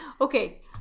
Okay